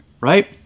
right